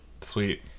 Sweet